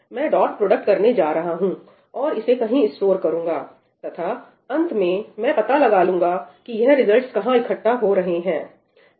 मैं dot product करने जा रहा हूं और इसे कहीं स्टोर करूंगा तथा अंत में मैं पता लगा लूंगा कि यह रिजल्टस कहां इकट्ठा हो रहे हैं